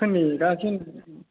ओमफ्राय नै दा एसे